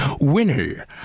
Winner